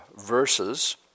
verses